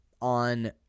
on